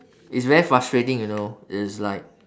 it's very frustrating you know it's like